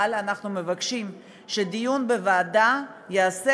אבל אנחנו מבקשים שהדיון בוועדה ייעשה